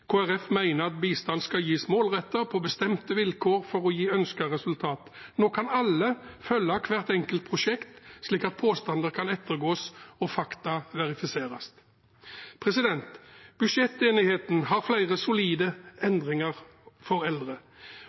at bistand skal gis målrettet og på bestemte vilkår for å gi ønsket resultat. Nå kan alle følge hvert enkelt prosjekt, slik at påstander kan ettergås og fakta verifiseres. Budsjettenigheten har flere solide endringer for eldre.